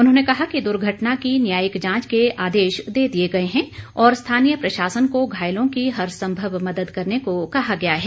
उन्होंने कहा कि दुर्घटना की न्यायिक जांच के आदेश दे दिए गए हैं और स्थानीय प्रशासन को घायलों की हर संभव मदद करने को कहा गया है